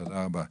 תודה רבה.